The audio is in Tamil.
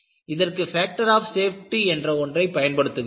இதற்கு ஃபேக்டர் ஆஃ சேப்டி என்ற ஒன்றை பயன்படுத்துகிறோம்